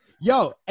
Yo